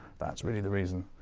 that's really the reason.